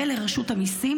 ולרשות המיסים,